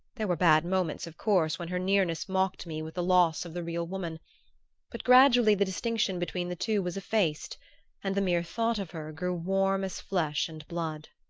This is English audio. there were bad moments, of course, when her nearness mocked me with the loss of the real woman but gradually the distinction between the two was effaced and the mere thought of her grew warm as flesh and blood.